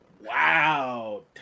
Wow